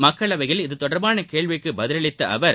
மக்களவையில் இகதொடர்பான கேள்விக்கு பதில் அளித்த அவர்